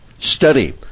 Study